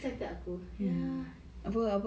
to to to do you have the link